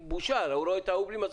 בושה הוא רואה את ההוא בלי מסיכה,